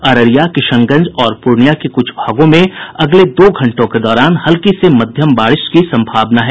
अररिया किशनगंज और पूर्णियां के कुछ भागों में अगले दो घंटों के दौरान हल्की से मध्यम बारिश की सम्भावना है